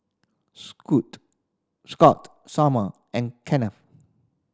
Scot Somer and Kennth